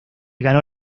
ganó